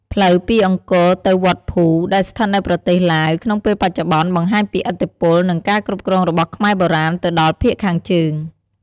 ផ្លូវពីអង្គរទៅវត្តភូ ដែលស្ថិតនៅប្រទេសឡាវក្នុងពេលបច្ចុប្បន្ន បង្ហាញពីឥទ្ធិពល និងការគ្រប់គ្រងរបស់ខ្មែរបុរាណទៅដល់ភាគខាងជើង។